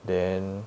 then